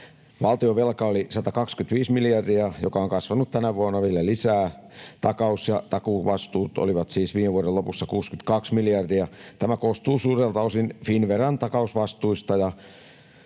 Valtionvelka oli 125 miljardia, ja se on kasvanut tänä vuonna vielä lisää. Takaus- ja takuuvastuut olivat viime vuoden lopussa 62 miljardia — tämä koostuu suurelta osin Finnveran takausvastuista